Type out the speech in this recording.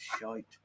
shite